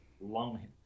long